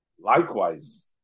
Likewise